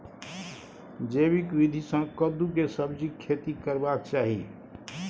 जैविक विधी से कद्दु के सब्जीक खेती करबाक चाही?